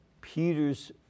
Peter's